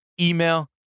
email